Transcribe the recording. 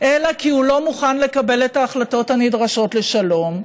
אלא כי הוא לא מוכן לקבל את ההחלטות הנדרשות לשלום.